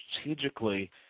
strategically